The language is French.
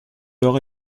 leur